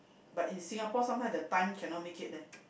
but in Singapore sometime the time cannot make it leh